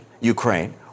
Ukraine